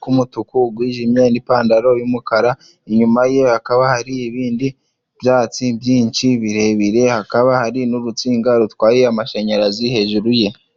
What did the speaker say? k'umutuku gwijimye n'ipantaro y'umukara ,inyuma ye hakaba hari ibindi byatsi byinshi birebire hakaba hari n'urutsinga rutwaye amashanyarazi hejuru ye.